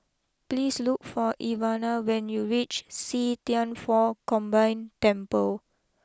please look for Ivana when you reach see Thian Foh Combined Temple